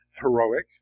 heroic